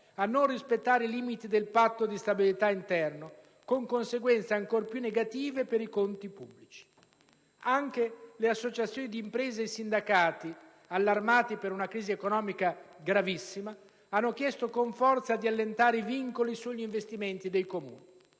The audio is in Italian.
a non rispettare i limiti del Patto di stabilità interno, con conseguenze ancor più negative per i conti pubblici. Anche le associazioni d'impresa e i sindacati, allarmati per una crisi economica gravissima, hanno chiesto con forza di allentare i vincoli sugli investimenti dei Comuni.